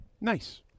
Nice